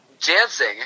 dancing